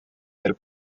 del